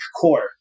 core